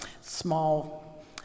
small